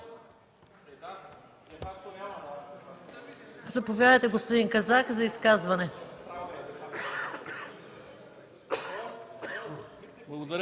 Заповядайте, господин Казак за изказване.